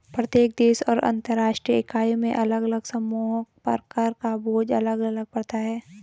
प्रत्येक देश और उपराष्ट्रीय इकाई में अलग अलग समूहों पर कर का बोझ अलग अलग पड़ता है